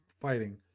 fighting